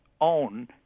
own